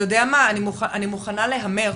אתה יודע מה, אני מוכנה להמר